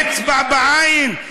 אצבע בעין.